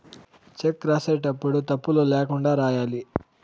check రాసేటప్పుడు తప్పులు ల్యాకుండా రాయాలి